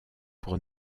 pour